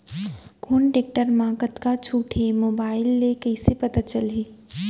कोन टेकटर म कतका छूट हे, मोबाईल ले कइसे पता चलही?